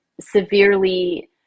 severely